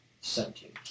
Seventeen